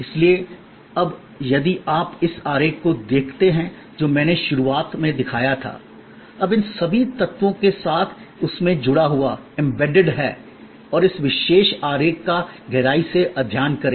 इसलिए अब यदि आप उस आरेख को देखते हैं जो मैंने शुरुआत में दिखाया था अब इन सभी तत्वों के साथ उसमे जड़ा हुवा एम्बेडेड है और इस विशेष आरेख का गहराई से अध्ययन करें